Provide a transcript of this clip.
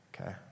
Okay